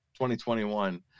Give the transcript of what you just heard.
2021